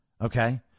Okay